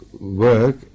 work